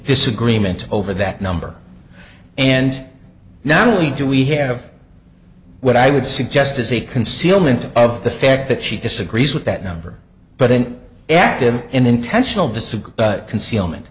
disagreement over that number and now only do we have what i would suggest is a concealment of the fact that she disagrees with that number but an active intentional disagree concealment